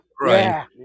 Right